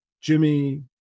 Jimmy